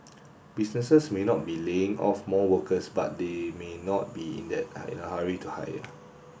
businesses may not be laying off more workers but they may not be in that I hurry to hire